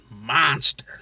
monster